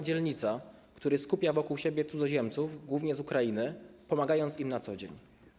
Dzielnica, który skupia wokół siebie cudzoziemców, głównie z Ukrainy, pomagając im na co dzień.